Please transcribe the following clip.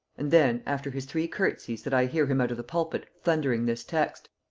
and then, after his three curtsies that i hear him out of the pulpit thundering this text,